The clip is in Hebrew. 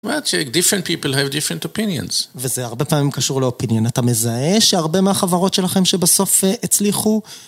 וזה הרבה פעמים קשור ל־opinion, אתה מזהה שהרבה מהחברות שלכם שבסוף הצליחו...